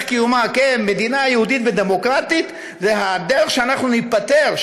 קיומה כמדינה יהודית ודמוקרטית היא הדרך שאנחנו ניפטר,